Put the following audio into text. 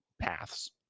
paths